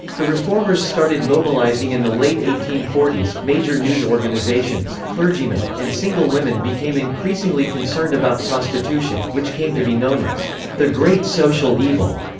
the reformers started mobilizing in the late eighteen forty s, major news organisations, clergymen, and single women became increasingly concerned about prostitution, which came to be known as the great social evil.